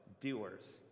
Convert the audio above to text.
Doers